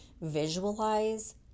visualize